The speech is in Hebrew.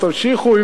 תמשיכו,